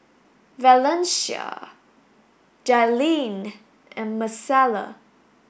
Valencia Jailene and Marcella